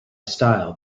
style